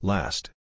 Last